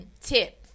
tip